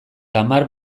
tamar